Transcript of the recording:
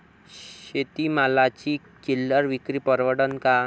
शेती मालाची चिल्लर विक्री परवडन का?